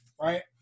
right